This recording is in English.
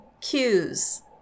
cues